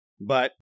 but-